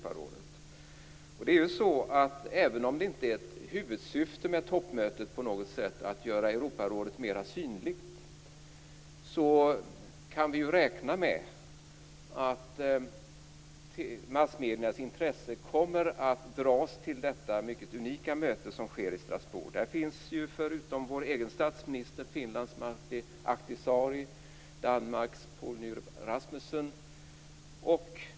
Även om det inte på något sätt är ett huvudsyfte med toppmötet att göra Europarådet mer synligt, kan vi räkna med att massmediernas intresse kommer att dras till detta mycket unika möte som sker i Strasbourg. Där finns, förutom vår egen statsminister, Rassmussen.